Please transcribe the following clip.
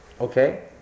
Okay